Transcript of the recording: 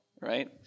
right